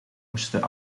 moesten